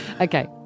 Okay